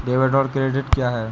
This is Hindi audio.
डेबिट और क्रेडिट क्या है?